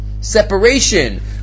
Separation